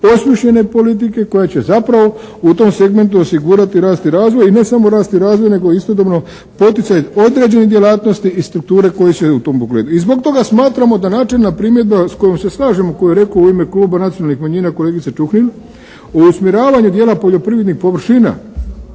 osmišljene politike koja će zapravo u tome segmentu osigurati rast i razvoj i ne samo rast i razvoj nego istodobno poticaj određenih djelatnosti i strukture koji …/Govornik se ne razumije./… i zbog toga smatramo da načelna primjedba s kojom se slažemo koju je rekao u ime kluba nacionalnih manjina kolegica Čuhnil usmjeravanje dijela poljoprivrednih površina